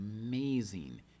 amazing